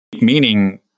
Meaning